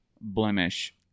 blemish